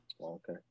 okay